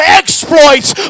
exploits